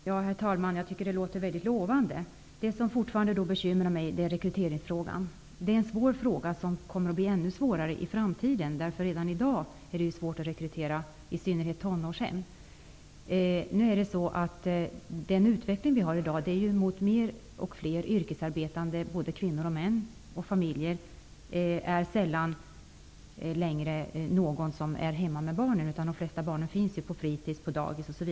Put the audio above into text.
Herr talman! Jag tycker att detta låter mycket lovande. Det som fortfarande bekymrar mig är rekryteringsfrågan. Det är ett svårt problem som kommer att bli ännu svårare i framtiden. Redan i dag är det svårt att rekrytera. Det gäller i synnerhet tonårshem. Utvecklingen går i dag mot fler yrkesarbetande kvinnor och män. Det är sällan som någon är hemma med barnen.